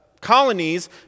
colonies